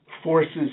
forces